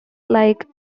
like